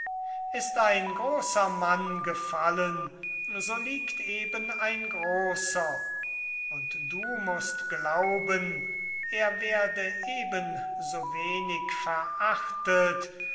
ist ein großer mann gefallen so liegt eben ein großer und du mußt glauben er werde eben so wenig verachtet